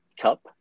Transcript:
cup